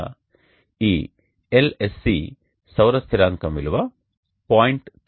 ఇక్కడ ఈ Lsc సౌర స్థిరాంకం విలువ 0